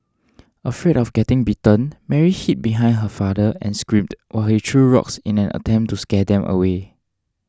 afraid of getting bitten Mary hid behind her father and screamed while he threw rocks in an attempt to scare them away